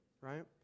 right